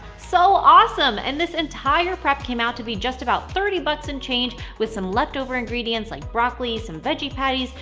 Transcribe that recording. so awesome! and this entire prep came out to be just about thirty bucks and change, with some leftover ingredients like broccoli, some veggie patties,